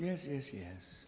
yes yes yes